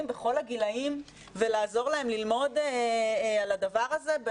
בכל הגילאים ולעזור להם ללמוד על הדבר הזה?